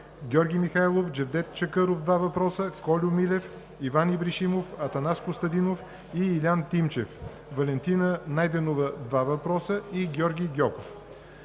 Георги Михайлов; Джевдет Чакъров – два въпроса; Кольо Милев; Иван Ибришимов; Атанас Костадинов и Илиян Тимчев; Валентина Найденова – два въпроса; и Георги Гьоков.